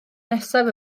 nesaf